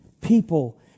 people